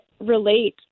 relate